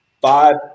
Five